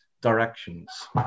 directions